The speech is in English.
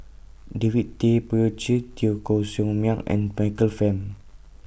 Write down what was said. David Tay Poey Cher Teo Koh Sock Miang and Michael Fam